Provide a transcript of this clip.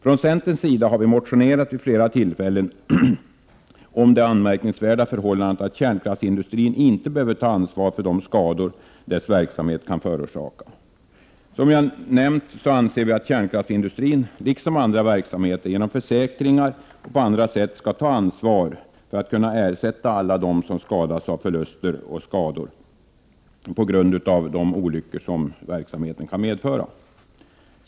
Från centerns sida har vi motionerat vid flera tillfällen om det anmärkningsvärda förhållandet att kärnkraftsindustrin inte behöver ta ansvar för de skador dess verksamhet kan förorsaka. Som jag nämnde anser vi att kärnkraftsindustrin, liksom andra verksamheter, genom försäkringar eller på annat sätt skall ta ansvar för och ersätta alla dem som kan drabbas av förluster eller skador på grund av olyckor som verksamheten medför.